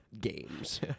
games